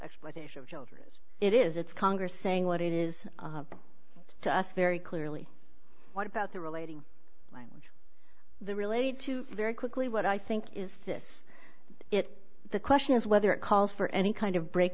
exploitation of children as it is it's congress saying what it is to us very clearly what about the relating language the related to very quickly what i think is this it the question is whether it calls for any kind of break